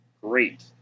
great